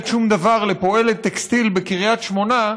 שום דבר לפועלת טקסטיל בקריית שמונה,